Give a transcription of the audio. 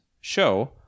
show